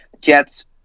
Jets